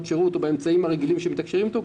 שירות או באמצעים הרגילים שמתקשרים איתו,